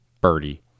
birdie